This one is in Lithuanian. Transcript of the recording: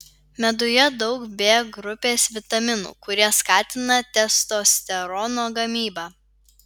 meduje daug b grupės vitaminų kurie skatina testosterono gamybą